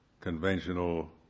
conventional